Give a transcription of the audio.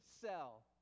sell